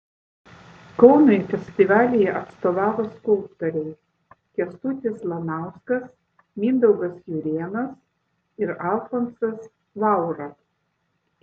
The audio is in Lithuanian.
kaunui festivalyje atstovavo skulptoriai kęstutis lanauskas mindaugas jurėnas ir alfonsas vaura